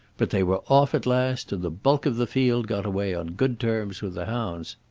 but they were off at last, and the bulk of the field got away on good terms with the hounds.